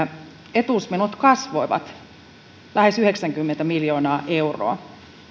etuusmenot kasvoivat lähes yhdeksänkymmentä miljoonaa euroa